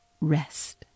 rest